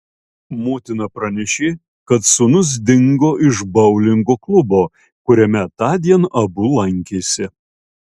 motina pranešė kad sūnus dingo iš boulingo klubo kuriame tądien abu lankėsi